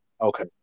Okay